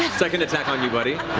second attack on you, buddy.